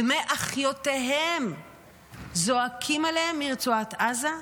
דמי אחיותיהם זועקים אליהם מרצועת עזה,